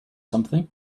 something